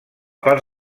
part